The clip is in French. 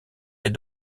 est